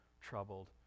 troubled